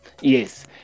Yes